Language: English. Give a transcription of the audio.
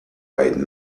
right